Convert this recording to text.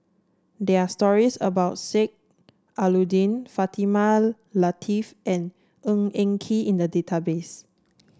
there are stories about Sheik Alau'ddin Fatimah Lateef and Ng Eng Kee in the database